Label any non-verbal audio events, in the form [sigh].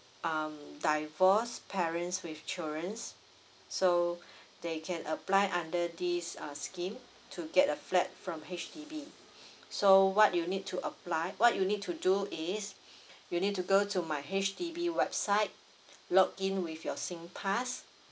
um divorced parents with childrens so they can apply under this uh scheme to get a flat from H_D_B so what you'll need to apply what you need to do is [breath] you'll need to go to my H_D_B website log in with your singpass